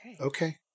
Okay